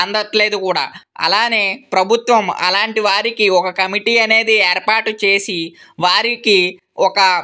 అందడం లేదు కూడా అలాగే ప్రభుత్వం అలాంటి వారికి ఒక కమిటీ అనేది ఏర్పాటు చేసి వారికి ఒక